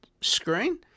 screen